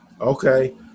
Okay